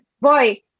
boy